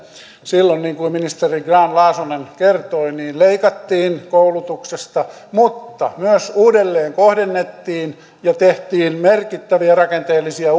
silloin niin kuin ministeri grahn laasonen kertoi leikattiin koulutuksesta mutta myös uudelleen kohdennettiin ja tehtiin merkittäviä rakenteellisia